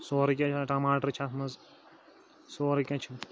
سورُے کیٚنٛہہ ٹَماٹر چھُ اَتھ منز سورُے کیٚنٛہہ چھُ